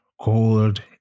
cold